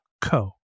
co